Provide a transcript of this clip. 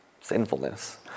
sinfulness